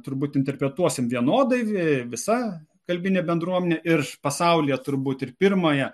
turbūt interpretuosim vienodai visa kalbinė bendruomenė ir pasaulyje turbūt ir pirmąją